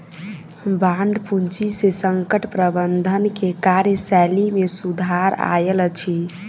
bond पूंजी से संकट प्रबंधन के कार्यशैली में सुधार आयल अछि